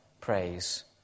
praise